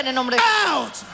out